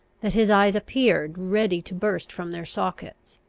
that his eyes appeared, ready to burst from their sockets.